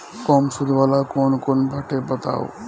कम सूद वाला कौन लोन बाटे बताव?